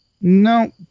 No